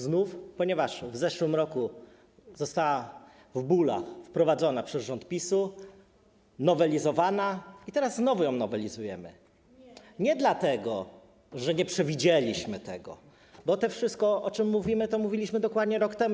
Znów, ponieważ w zeszłym roku została w bólach wprowadzona przez rząd PiS-u, była nowelizowana i teraz znowu ją nowelizujemy, ale nie dlatego, że nie przewidzieliśmy tego, bo to wszystko, o czym mówimy, to mówiliśmy dokładnie rok temu.